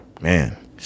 Man